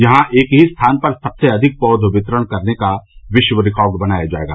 यहां एक ही स्थान पर सबसे अधिक पौध वितरण करने का विश्व रिकार्ड बनाया जायेगा